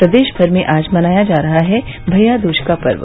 प्रदेश भर में आज मनाया जा रहा है भैय्या दूज का पर्व